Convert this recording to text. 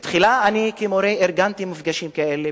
תחילה אני כמורה ארגנתי מפגשים כאלה